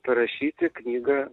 parašyti knygą